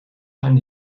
zijn